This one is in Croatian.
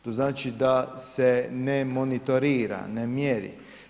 To znači da se ne monitorira, ne mjeri.